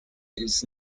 its